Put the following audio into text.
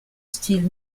style